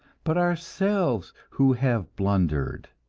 but ourselves, who have blundered.